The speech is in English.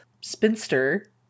spinster